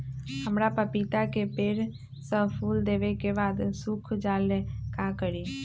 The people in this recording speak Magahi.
हमरा पतिता के पेड़ सब फुल देबे के बाद सुख जाले का करी?